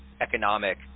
economic